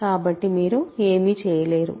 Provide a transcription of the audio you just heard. కాబట్టి మీరు ఏమీ చేయలేరు